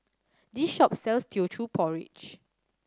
this shop sells Teochew Porridge